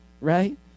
right